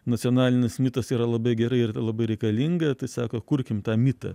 nacionalinis mitas yra labai gerai ir labai reikalinga tai sako kurkim tą mitą